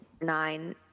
nine